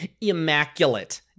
immaculate